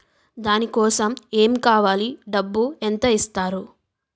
దాని కోసం ఎమ్ కావాలి డబ్బు ఎంత ఇస్తారు?